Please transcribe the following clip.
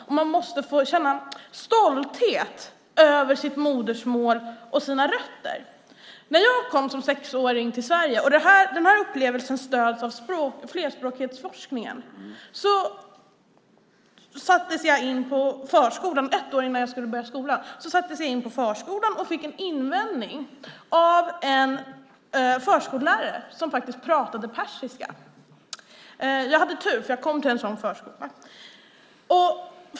Och de måste få känna stolthet över sitt modersmål och sina rötter. När jag kom som sexåring till Sverige - den här upplevelsen stöds av flerspråkighetsforskningen - sattes jag i förskolan. Ett år innan jag skulle börja skolan sattes jag i förskolan och fick en invänjning av en förskollärare som faktiskt pratade persiska. Jag hade tur, eftersom jag kom till en sådan förskola.